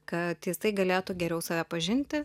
kad jisai galėtų geriau save pažinti